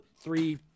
three